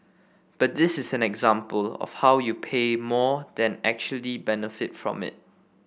but this is an example of how you pay more and actually benefit from it